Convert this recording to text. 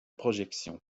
projection